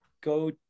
go